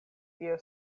tio